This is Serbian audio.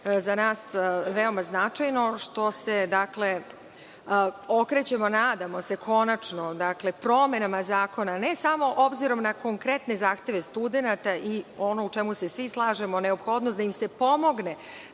za nas veoma značajno što se dakle, okrećemo, nadamo se konačno promenama zakona, ne samo obzirom na konkretne zahteve studenata i ono o čemu se svi slažemo neophodnost da im se pomogne